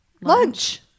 Lunch